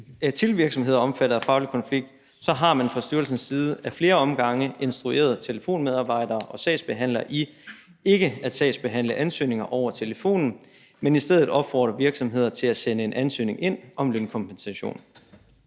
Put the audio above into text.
til virksomheder omfattet af faglig konflikt, har man fra styrelsens side ad flere omgange instrueret telefonmedarbejdere og sagsbehandlere i ikke at sagsbehandle ansøgninger over telefonen. Ministeriet opfordrer virksomheder til at sende en ansøgning om lønkompensation